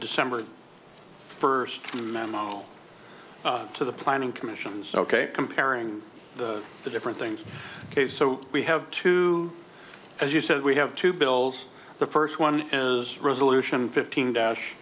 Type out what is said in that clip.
december first memo to the planning commissions ok comparing the different things ok so we have to as you said we have two bills the first one is resolution fifteen dash